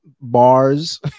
bars